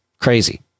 Crazy